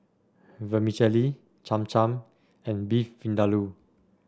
Vermicelli Cham Cham and Beef Vindaloo